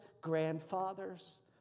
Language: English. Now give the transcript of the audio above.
grandfathers